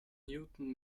newton